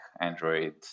Android